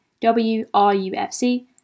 W-R-U-F-C